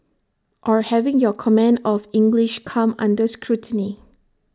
or having your command of English come under scrutiny